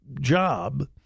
job